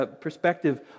perspective